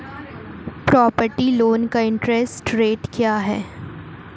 Property loan का interest rate क्या है?